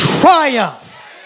triumph